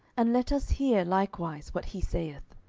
and let us hear likewise what he saith.